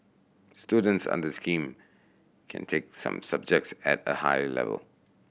students under scheme can take some subjects at a higher level